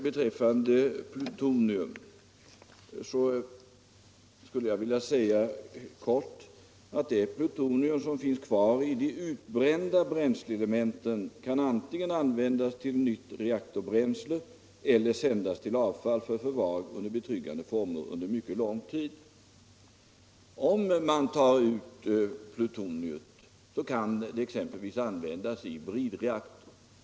Beträffande plutoniumet vill jag kort säga att det plutonium som finns kvar i de utbrända bränsleelementen kan antingen användas till nytt reaktorbränsle eller sändas som avfall för förvaring under betryggande former för mycket lång tid. Om man tar ut plutoniumet kan det t.ex. användas i bridreaktorn.